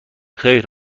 خیر